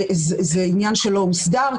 זה עניין שלא הוסדר,